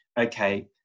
okay